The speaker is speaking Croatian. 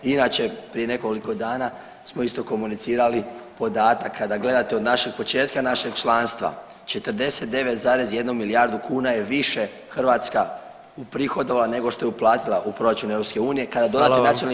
Inače prije nekoliko dana smo isto komunicirali podatak kada gledate od našeg početka našeg članstva 49,1 milijardu kuna je više Hrvatska uprihodovala nego što je uplatila u proračun EU kada [[Upadica predsjednik: Hvala vam.]] dodate NPOO 55,2 milijarde.